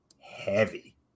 Heavy